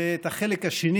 ואת החלק השני